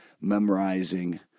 memorizing